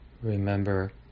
Remember